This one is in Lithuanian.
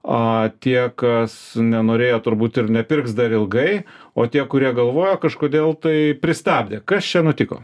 a tie kas nenorėjo turbūt ir nepirks dar ilgai o tie kurie galvojo kažkodėl tai pristabdė kas čia nutiko